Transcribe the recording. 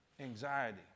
Anxiety